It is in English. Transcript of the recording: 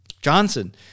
Johnson